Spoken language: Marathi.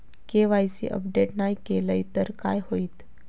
के.वाय.सी अपडेट नाय केलय तर काय होईत?